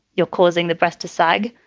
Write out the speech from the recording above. you're causing the breast to sag,